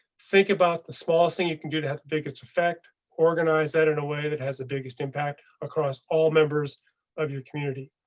think about the smallest thing you can do to have the biggest effect. organize that in a way that has the biggest impact across all members of your community.